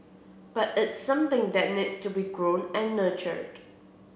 but it's something that needs to be grown and nurtured